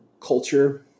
culture